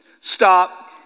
stop